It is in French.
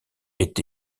est